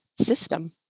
system